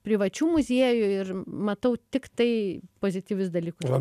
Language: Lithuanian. privačių muziejų ir matau tiktai pozityvius dalykus